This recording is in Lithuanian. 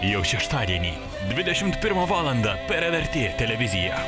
jau šeštadienį dvidešimt pirmą valandą per lrt televiziją